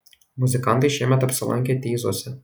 muzikantai šiemet apsilankė teizuose